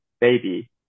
baby